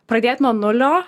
pradėt nuo nulio